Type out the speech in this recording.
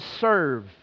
serve